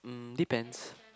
mm depends